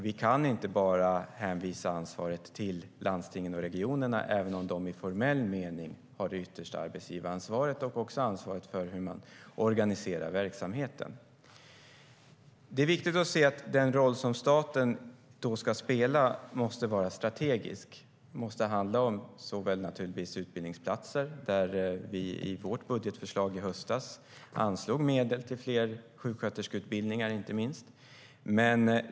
Vi kan inte bara hänskjuta ansvaret till landstingen och regionerna, även om de i formell mening har det yttersta arbetsgivaransvaret och också ansvaret för hur man organiserar verksamheten. Den roll som staten ska spela måste vara strategisk, måste handla om utbildningsplatser. I vårt budgetförslag i höstas anslog vi medel inte minst till fler sjuksköterskeutbildningar.